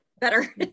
better